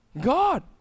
God